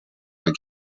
der